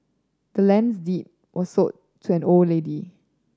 the land's deed was sold to old lady